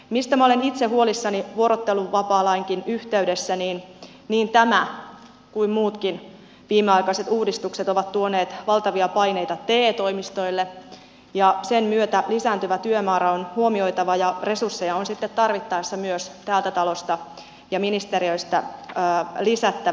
mistä minä olen itse huolissani vuorotteluvapaalainkin yhteydessä on se että niin tämä kuin muutkin viimeaikaiset uudistukset ovat tuoneet valtavia paineita te toimistoille ja sen myötä lisääntyvä työmäärä on huomioitava ja resursseja on sitten tarvittaessa myös täältä talosta ja ministeriöistä lisättävä